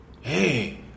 Hey